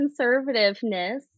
conservativeness